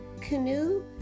canoe